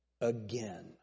again